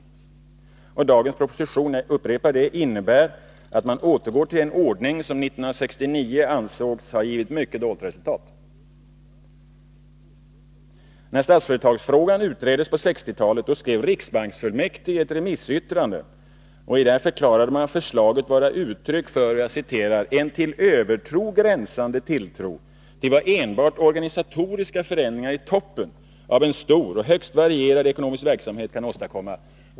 Den nu framlagda propositionen innebär — jag upprepar det — att man återgår till en ordning som 1969 ansågs ha givit mycket dåliga resultat. När Statsföretagsfrågan utreddes på 1960-talet skrev riksbanksfullmäktige ett remissyttrande, i vilket man förklarade förslaget vara ett uttryck för ”en till övertro gränsande tilltro till vad enbart organisatoriska förändringar i toppen av en stor och högst varierad ekonomisk verksamhet kan åstadkomma”.